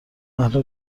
اهل